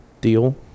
deal